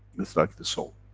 it's like the soul.